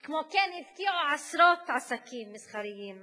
כמו כן הפקיעו עשרות עסקים מסחריים.